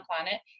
planet